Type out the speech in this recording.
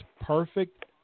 perfect